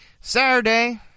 Saturday